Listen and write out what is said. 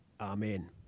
Amen